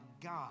God